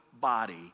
body